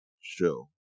show